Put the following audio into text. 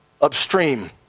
upstream